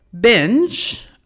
binge